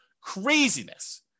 Craziness